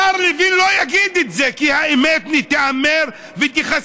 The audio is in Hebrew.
השר לוין לא יגיד את זה, כי האמת תיאמר ותיחשף.